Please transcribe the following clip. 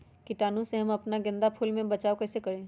कीटाणु से हम अपना गेंदा फूल के बचाओ कई से करी?